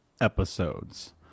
episodes